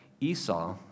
Esau